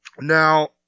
Now-